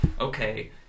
okay